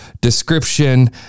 description